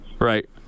Right